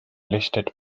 listed